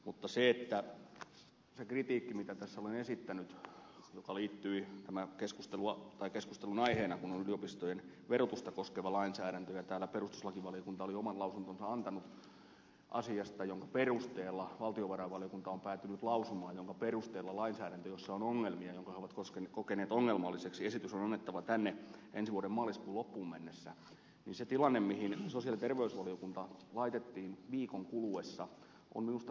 mutta se kritiikki mitä tässä olen esittänyt liittyy siihen että kun keskustelun aiheena on yliopistojen verotusta koskeva lainsäädäntö ja täällä perustuslakivaliokunta oli oman lausuntonsa antanut asiasta jonka perusteella valtiovarainvaliokunta on päätynyt lausumaan jonka perusteella lainsäädännöstä jossa on ongelmia jonka he ovat kokeneet ongelmalliseksi on annettava esitys tänne ensi vuoden maaliskuun loppuun mennessä niin se tilanne mihin sosiaali ja terveysvaliokunta laitettiin viikon kuluessa on minusta täysin kohtuuton